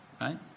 right